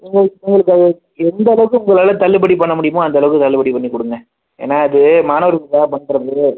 எங்கள் எங்களுக்கு அது எந்த அளவுக்கு உங்களால் தள்ளுபடி பண்ண முடியுமோ அந்த அளவுக்கு தள்ளுபடி பண்ணிக்கொடுங்க ஏனா அது மாணவர்களுக்காக பண்ணுறது